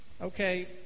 Okay